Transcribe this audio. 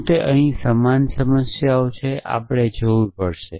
શું તે અહીં સમાન સમસ્યાઓ છે આપણે જોવી પડશે